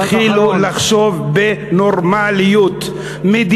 תתחילו לחשוב בנורמליות, תודה.